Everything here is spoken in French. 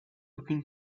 aucune